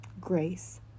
Grace